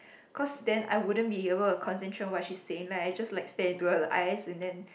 cause then I wouldn't be able to concentrate what she saying like I just like stare into her eyes and then